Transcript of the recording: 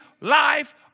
life